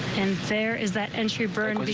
and there is that and she burned the